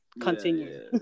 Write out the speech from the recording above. Continue